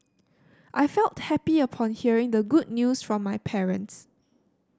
I felt happy upon hearing the good news from my parents